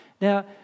Now